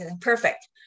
Perfect